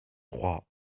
trois